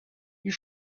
you